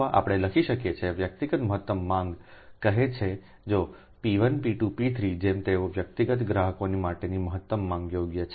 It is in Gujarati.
અથવા આપણે લખી શકીએ કે વ્યક્તિગત મહત્તમ માંગ કહે છે જો P1P2P3જેમ તેઓ વ્યક્તિગત ગ્રાહકો માટેની મહત્તમ માંગ યોગ્ય છે